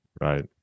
right